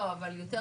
לא, אבל יותר